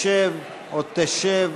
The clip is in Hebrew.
ישב או תשב,